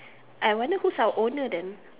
I wonder who's our owner then